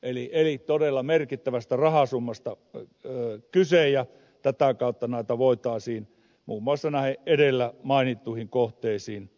eli on todella merkittävästä rahasummasta kyse ja tätä kautta näitä varoja voitaisiin muun muassa edellä mainittuihin kohteisiin osoittaa